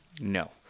No